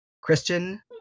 Christian